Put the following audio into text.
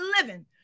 living